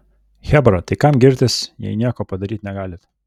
chebra tai kam girtis jei nieko padaryt negalit